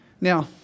Now